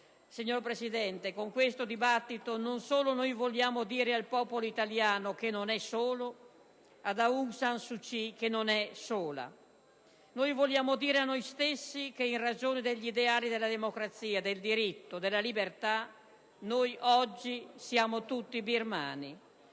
Signor Presidente, con questo dibattito non soltanto vogliamo dire al popolo birmano che non è solo e ad Aung San Suu Kyi che non è sola: noi vogliamo dire a noi stessi che, in ragione degli ideali della democrazia, del diritto, della libertà, oggi siamo tutti birmani.